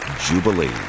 Jubilee